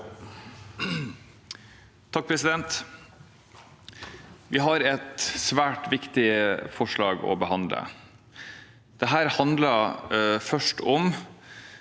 (H) Vi har et svært viktig forslag å behandle. Dette handler først om